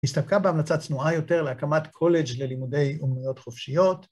‫הסתפקה בהמלצה צנועה יותר ‫להקמת קולג' ללימודי אומנויות חופשיות.